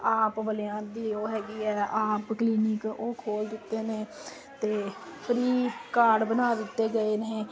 ਆਪ ਵਲਿਆਂ ਦੀ ਉਹ ਹੈਗੀ ਐ ਆਪ ਕਲੀਨਿਕ ਉਹ ਖੋਲ ਦਿੱਤੇ ਨੇ ਅਤੇ ਫਰੀ ਕਾਰਡ ਬਣਾ ਦਿੱਤੇ ਗਏ ਨੇ